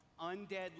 Undead